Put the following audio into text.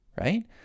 right